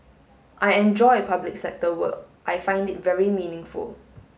I enjoy public sector work I find it very meaningful